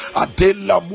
adela